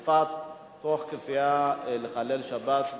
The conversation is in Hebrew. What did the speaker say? בנושא: אונר"א כארגון המנציח את מצב הפליטות,